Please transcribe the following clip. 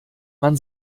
man